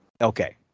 Okay